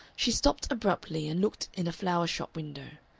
she stopped abruptly, and looked in a flower-shop window.